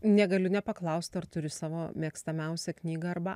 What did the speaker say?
negaliu nepaklaust ar turi savo mėgstamiausią knygą arba